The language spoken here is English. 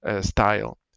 style